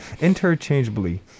interchangeably